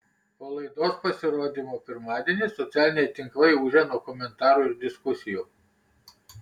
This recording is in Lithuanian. po laidos pasirodymo pirmadienį socialiniai tinklai ūžia nuo komentarų ir diskusijų